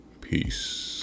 Peace